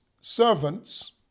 servants